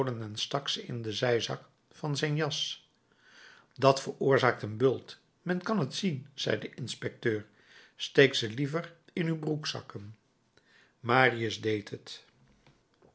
ze in den zijzak van zijn jas dat veroorzaakt een bult men kan t zien zei de inspecteur steek ze liever in uw broekzakken marius deed het